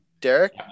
Derek